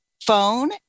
phone